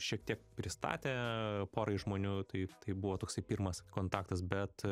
šiek tiek pristatę porai žmonių taip tai buvo toksai pirmas kontaktas bet